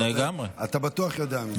אתה בטוח יודע מזה.